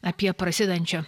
apie prasidedančią